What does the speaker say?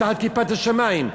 תחת כיפת השמים.